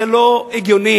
זה לא הגיוני.